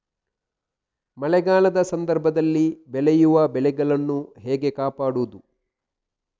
ಮಳೆಗಾಲದ ಸಂದರ್ಭದಲ್ಲಿ ಬೆಳೆಯುವ ಬೆಳೆಗಳನ್ನು ಹೇಗೆ ಕಾಪಾಡೋದು?